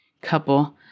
couple